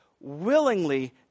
willingly